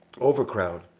overcrowd